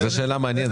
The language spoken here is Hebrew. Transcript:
זאת שאלה מעניינת.